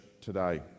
today